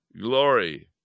glory